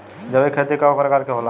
जैविक खेती कव प्रकार के होला?